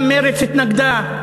גם מרצ התנגדה,